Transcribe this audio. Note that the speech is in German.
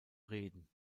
reden